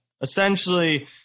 essentially